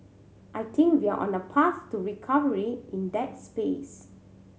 I think we're on a path to recovery in that space